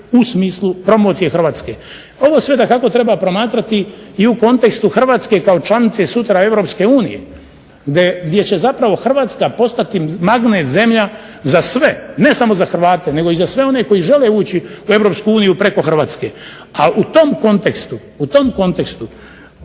u smislu promocije Hrvatske. Ovo sve dakako treba promatrati i u kontekstu Hrvatske kao članice sutra EU, gdje će Hrvatska postati magnet zemlja za sve, ne samo za Hrvate, nego za sve one koji žele ući u EU preko Hrvatske. A u tom kontekstu zašto ne